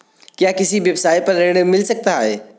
क्या किसी व्यवसाय पर ऋण मिल सकता है?